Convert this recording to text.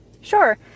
Sure